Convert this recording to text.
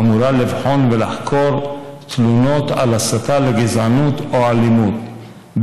אמורה לבחון ולחקור תלונות על הסתה לגזענות או לאלימות,